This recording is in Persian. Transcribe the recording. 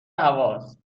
هواست